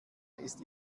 ist